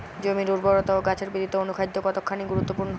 জমির উর্বরতা ও গাছের বৃদ্ধিতে অনুখাদ্য কতখানি গুরুত্বপূর্ণ?